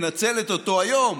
מנצלת אותו היום